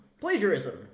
Plagiarism